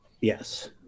Yes